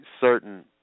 certain